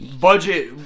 Budget